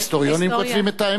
ההיסטוריונים כותבים את האמת,